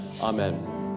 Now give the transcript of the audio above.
Amen